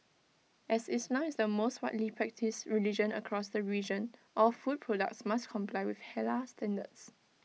as islam is the most widely practised religion across the region all food products must comply with Halal standards